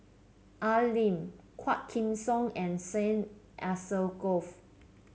Al Lim Quah Kim Song and Syed Alsagoff